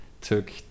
took